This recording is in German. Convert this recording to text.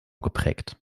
geprägt